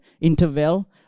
interval